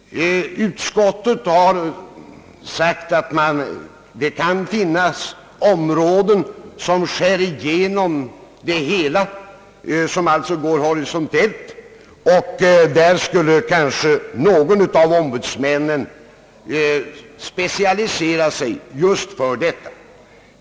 Utskottet framhåller att det kan finnas områden som skär igenom det hela och som alltså går horisontellt. Någon av ombudsmännen borde kanske specialisera sig just på detta.